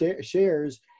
shares